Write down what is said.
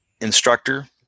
instructor